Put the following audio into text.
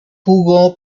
jugó